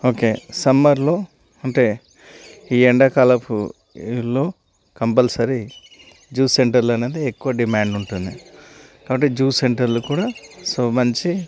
okay సమ్మర్లో అంటే ఈ ఎండాకాలంలో కంపల్సరీ జ్యూస్ సెంటర్లు అనేది ఎక్కువ డిమాండ్ ఉంటుంది కాబట్టి జ్యూస్ సెంటర్లు కూడా సో మంచి